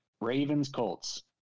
Ravens-Colts